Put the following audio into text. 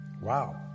Wow